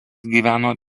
gyveno